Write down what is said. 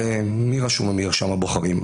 הרי מי רשום במרשם הבוחרים?